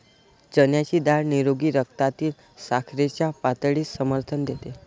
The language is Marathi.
चण्याची डाळ निरोगी रक्तातील साखरेच्या पातळीस समर्थन देते